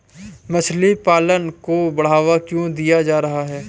मछली पालन को बढ़ावा क्यों दिया जा रहा है?